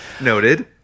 Noted